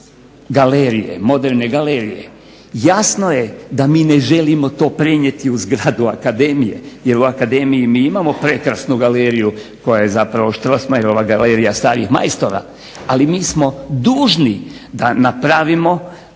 galerije, moderne galerije. Jasno je da mi ne želimo to prenijeti u zgradu akademije jer u akademiji mi imamo prekrasnu galeriju koja je zapravo Strossmayerova galerija starih majstora, ali mi smo dužni da napravimo